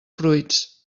fruits